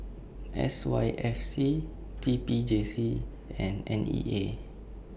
S Y F C T P J C and N E A